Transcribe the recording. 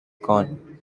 gone